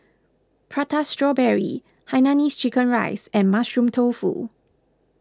Prata Strawberry Hainanese Chicken Rice and Mushroom Tofu